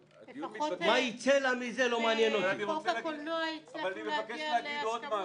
מה ייצא לה מזה, לא מעניין אותי.